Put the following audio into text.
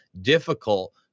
difficult